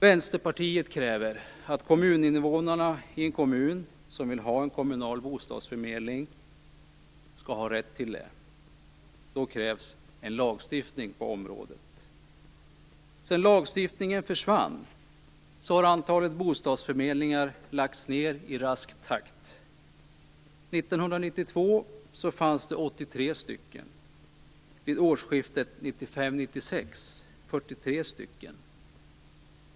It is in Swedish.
Vänsterpartiet kräver att om kommuninvånarna i en kommun vill ha en kommunal bostadsförmedling skall de ha rätt till det. Då krävs en lagstiftning på området. Sedan lagstiftningen försvann har antalet bostadsförmedlingar lagts ned i rask takt. 1992 fanns det 83. Vid årsskiftet 1995/1996 fanns det 43.